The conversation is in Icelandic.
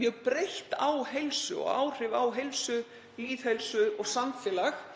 mjög breitt á heilsu og áhrif á heilsu, lýðheilsu og samfélag